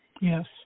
Yes